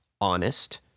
honest